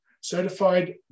certified